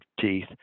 teeth